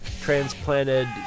transplanted